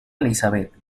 elisabeth